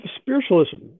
spiritualism